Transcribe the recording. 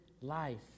life